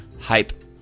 hype